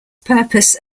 purpose